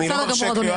אני לא מרשה,